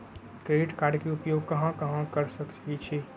Credit card के उपयोग कहां कहां कर सकईछी?